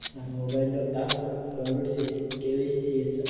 నా మొబైల్లో ఆప్ను డౌన్లోడ్ చేసి కే.వై.సి చేయచ్చా?